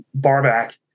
barback